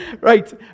Right